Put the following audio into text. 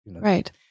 Right